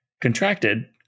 contracted